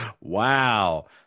wow